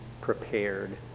prepared